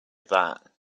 that